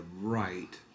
right